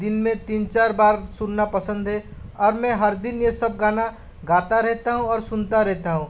दिन मे तीन चार बार सुनना पसंद है और मैं हर दिन यह सब गाना गाता रहता हूँ और सुनता रहता हूँ